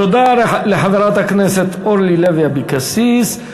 תודה לחברת הכנסת אורלי לוי אבקסיס.